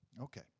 Okay